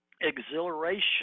exhilaration